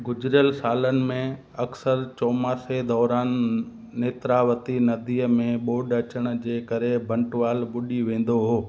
गुज़िरियल सालनि में अक्सर चौमासे दौरान नेत्रावती नदीअ में ॿोड अचण जे करे बंटवाल ॿुडी वेंदो हो